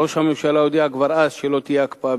ראש הממשלה הודיע כבר אז שלא תהיה הקפאה